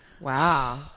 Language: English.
wow